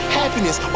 happiness